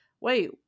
Wait